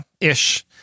ish